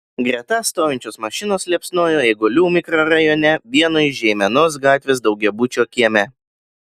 greta stovinčios mašinos liepsnojo eigulių mikrorajone vieno iš žeimenos gatvės daugiabučio kieme